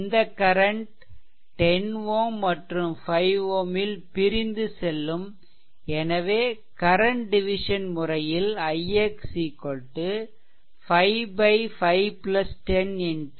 இந்த கரன்ட் 10 Ω மற்றும் 5 Ω ல் பிரிந்து செல்லும் எனவே கரன்ட் டிவிசன் முறையில் ix 5 510 4 0